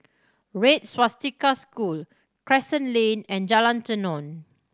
Red Swastika School Crescent Lane and Jalan Tenon